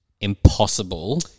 impossible